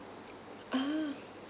ah